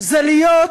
זה להיות